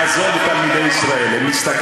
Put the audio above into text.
אני קורא אותך לסדר פעם ראשונה.